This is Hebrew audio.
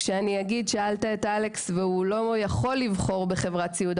שאלת את אלכס והוא לא יכול לבחור בחברת סיעוד,